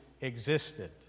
existed